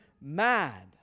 mad